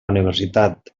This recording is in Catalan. universitat